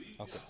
Okay